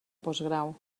postgrau